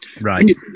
Right